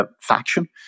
faction